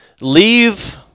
leave